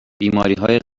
بیماریهای